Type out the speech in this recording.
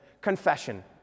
Confession